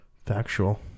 Factual